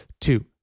two